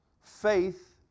faith